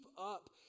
up